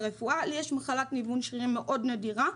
ברפואה יש מחלת ניוון שרירים מאוד נדירה.